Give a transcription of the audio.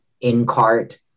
in-cart